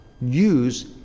use